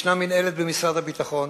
ישנה מינהלת במשרד הביטחון.